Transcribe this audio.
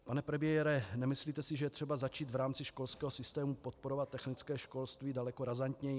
Pane premiére, nemyslíte si, že je třeba začít v rámci školského systému podporovat technické školství daleko razantněji?